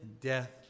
death